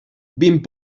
vint